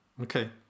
Okay